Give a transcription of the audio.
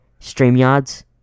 StreamYards